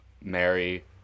Mary